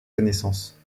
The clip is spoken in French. connaissances